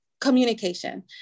communication